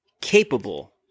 capable